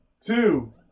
Two